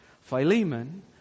Philemon